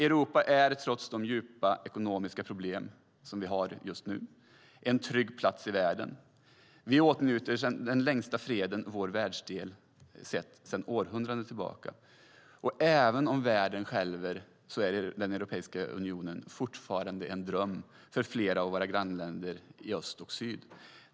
Europa är trots de djupa ekonomiska problem vi har just nu en trygg plats i världen. Vi åtnjuter den längsta freden vår världsdel har sett sedan århundraden, och även om världen skälver så är Europeiska unionen fortfarande en dröm för flera av våra grannländer i öst och syd.